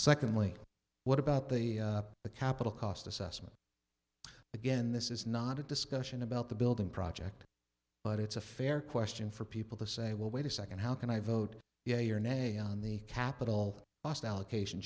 secondly what about the the capital cost assessment but again this is not a discussion about the building project but it's a fair question for people to say well wait a second how can i vote yea or nay on the capital cost allocation